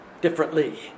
differently